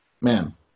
Man